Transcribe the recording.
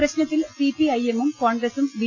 പ്രശ്നത്തിൽ സിപിഐഎമ്മും കോൺഗ്ര സും ബി